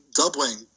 doubling